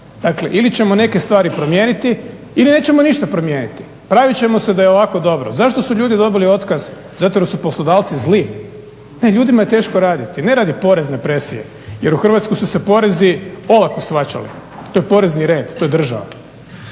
Dakle ili ćemo neke stvari promijeniti ili nećemo ništa promijeniti, praviti ćemo se da je ovako dobro. Zašto su ljudi dobili otkaz, ato jer su poslodavci zli? Ne, ljudima je teško raditi, ne radi porezne presije, jer u Hrvatskoj su se porezi olako shvaćali, to je porezni red, to je država.